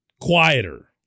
quieter